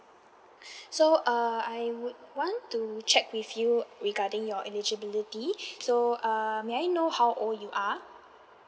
so err I would want to check with you regarding your eligibility so err may I know how old you are